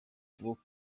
kuboko